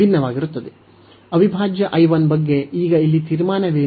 ಅವಿಭಾಜ್ಯ I 1 ಬಗ್ಗೆ ಈಗ ಇಲ್ಲಿ ತೀರ್ಮಾನವೇನು